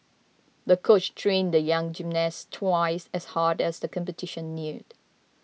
the coach trained the young gymnast twice as hard as the competition neared